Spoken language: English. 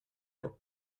your